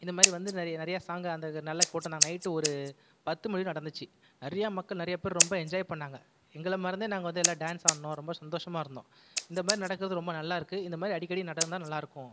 இந்த மாதிரி வந்து நிறைய நிறைய சாங்கை அங்கே நல்ல போட்டுருந்தாங்க நைட் ஒரு பத்து மணி நடந்துச்சு நிறைய மக்கள் நிறைய பேரு ரொம்ப என்ஜாய் பண்ணாங்கள் எங்களை மறந்தே நாங்கள் வந்து எல்லா டான்ஸ் ஆடுனோம் ரொம்ப சந்தோஷமாக இருந்தோம் இந்தமாதிரி நடக்கிறது ரொம்ப நல்லா இருக்குது இந்தமாதிரி அடிக்கடி நடந்தால் நல்லா இருக்கும்